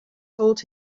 told